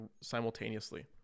simultaneously